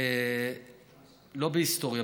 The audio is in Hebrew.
לא בהיסטוריה,